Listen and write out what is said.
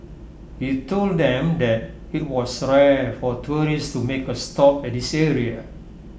he told them that IT was rare for tourists to make A stop at this area